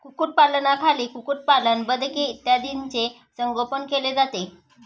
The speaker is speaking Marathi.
कुक्कुटपालनाखाली कुक्कुटपालन, बदके इत्यादींचे संगोपन केले जाते